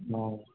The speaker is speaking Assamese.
অঁ